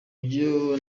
byo